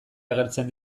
agertzen